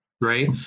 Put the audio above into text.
Right